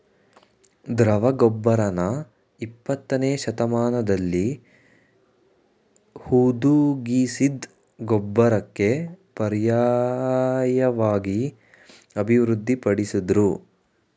ದ್ರವ ಗೊಬ್ಬರನ ಇಪ್ಪತ್ತನೇಶತಮಾನ್ದಲ್ಲಿ ಹುದುಗಿಸಿದ್ ಗೊಬ್ಬರಕ್ಕೆ ಪರ್ಯಾಯ್ವಾಗಿ ಅಭಿವೃದ್ಧಿ ಪಡಿಸುದ್ರು